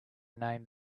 name